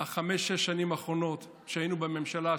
החמש-שש שנים האחרונות שהיינו בממשלה,